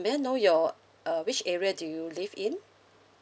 may I know your uh which area do you live in